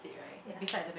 ya